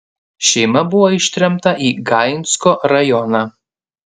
šeima buvo ištremta į gainsko rajoną